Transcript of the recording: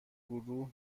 گروه